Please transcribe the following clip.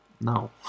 No